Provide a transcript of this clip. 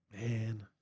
Man